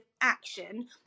action